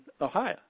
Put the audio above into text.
Ohio